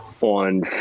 on